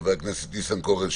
חבר הכנסת ניסנקורן,